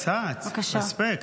קצת respect.